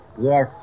Yes